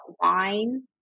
wine